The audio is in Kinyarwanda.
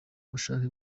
bushake